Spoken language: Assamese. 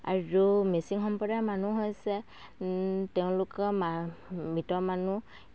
আৰু মিচিং সম্প্ৰদায়ৰ মানুহ হৈছে তেওঁলোকৰ মা মৃত মানুহ